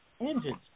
engines